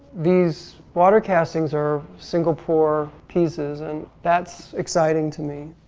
these water castings are singapore pieces and that's exciting to me,